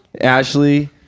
Ashley